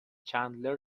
چندلر